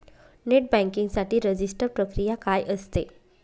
Net banking साठी register प्रक्रिया काय असते?